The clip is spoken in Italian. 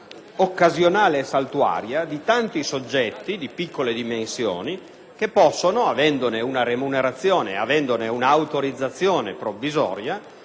occasionale e saltuaria di tanti soggetti di piccole dimensioni. Questi ultimi, avendone una remunerazione e un'autorizzazione provvisoria,